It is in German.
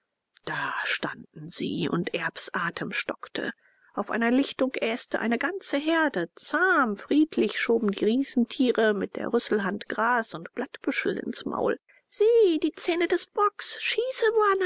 da standen sie und erbs atem stockte auf einer lichtung äste eine ganze herde zahm friedlich schoben die riesentiere mit der rüsselhand gras und blattbüschel ins maul sieh die zähne des bocks schieße